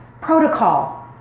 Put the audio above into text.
protocol